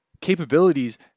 capabilities